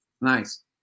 Nice